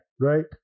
Right